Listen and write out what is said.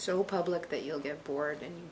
so public that you'll get bored